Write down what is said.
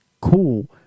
cool